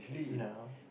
you know